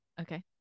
Okay